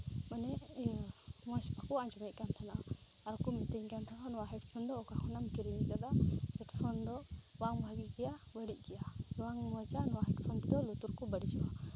ᱢᱟᱱᱮ ᱤᱭᱟᱹ ᱢᱚᱡᱽ ᱵᱟᱠᱚ ᱟᱡᱚᱢᱮᱫ ᱠᱟᱱ ᱛᱟᱦᱮᱱᱟ ᱟᱨ ᱠᱚ ᱢᱮᱛᱤᱧ ᱠᱟᱱ ᱛᱟᱦᱮᱱᱟ ᱱᱚᱣᱟ ᱦᱮᱰ ᱯᱷᱳᱱ ᱫᱚ ᱚᱠᱟ ᱠᱷᱚᱱᱟᱜ ᱮᱢ ᱠᱤᱨᱤᱧ ᱠᱟᱫᱟ ᱦᱮᱰ ᱯᱷᱳᱱ ᱫᱚ ᱵᱟᱝ ᱵᱷᱟᱹᱜᱤ ᱜᱮᱭᱟ ᱵᱟᱹᱲᱤᱡ ᱜᱮᱭᱟ ᱵᱟᱝ ᱢᱚᱡᱟ ᱱᱚᱣᱟ ᱦᱮᱰᱯᱷᱳᱱ ᱛᱮᱫᱚ ᱞᱩᱛᱩᱨ ᱠᱚ ᱵᱟᱹᱲᱤᱡᱚᱜᱼᱟ